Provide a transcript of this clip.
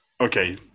Okay